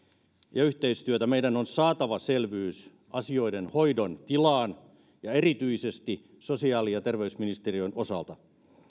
ja yhteistyötä meidän on saatava selvyys asioiden hoidon tilaan erityisesti sosiaali ja terveysministeriön osalta